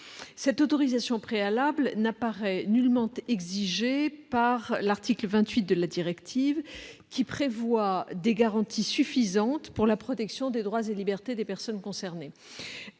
cette autorisation préalable n'est nullement exigée par l'article 28 de la directive, qui prévoit des garanties suffisantes pour la protection des droits et des libertés des personnes concernées